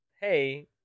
Hey